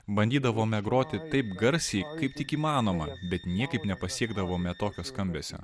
bandydavome groti taip garsiai kaip tik įmanoma bet niekaip nepasiekdavome tokio skambesio